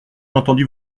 entendu